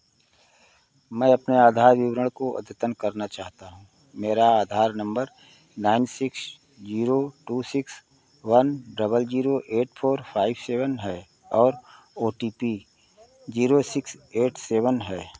मैं अपने आधार विवरण को अद्यतन करना चाहता हूँ मेरा Aadhaar number nine six zero two six one double zero eight four five seven है और O T P zero six eight seven है